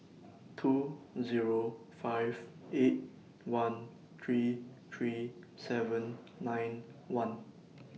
two Zero five eight one three three seven nine one